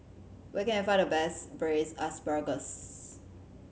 where can I find the best Braised Asparagus